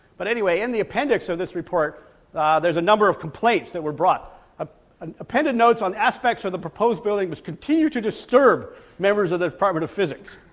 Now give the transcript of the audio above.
but anyway in the appendix of this report there's a number of complaints that were brought ah and appended notes on aspects of the proposed building which continue to disturb members of the department of physics.